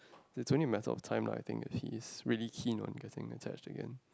it's only a matter of time lah I think if he's really keen on getting attached again